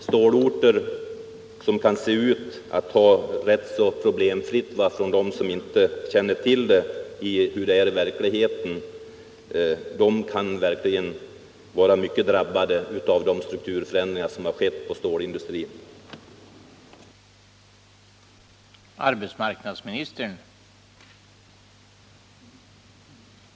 Stålorter, som för dem som inte känner till hur det är i verkligheten kan se ut att ha det ganska problemfritt, kan verkligen vara hårt drabbade av den strukturförändring som har ägt rum på stålindustriområ Nr 113